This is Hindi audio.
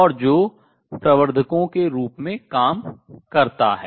और जो प्रवर्धकों के रूप में काम करता है